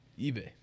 eBay